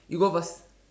you go first